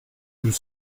tout